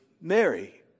Mary